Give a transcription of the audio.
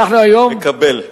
מקבל.